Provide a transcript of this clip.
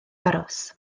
aros